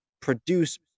produce